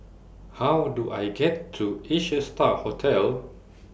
How Do I get to Asia STAR Hotel